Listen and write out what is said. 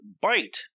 bite